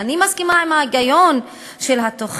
אני מסכימה עם ההיגיון שלה,